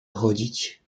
chodzić